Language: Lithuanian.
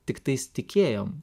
tiktais tikėjom